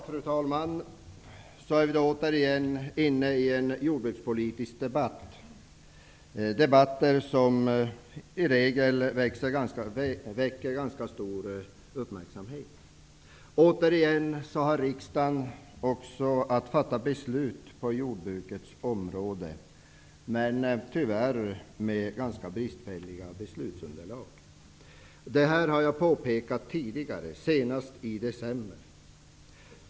Fru talman! Så är vi då återigen inne i en jordbrukspolitisk debatt. Jordbrukspolitiska debatter väcker i regel ganska stor uppmärksamhet. Riksdagen har åter att fatta beslut på jordbrukets område, men tyvärr med ganska bristfälliga beslutsunderlag. Detta har jag påpekat tidigare, senast i december.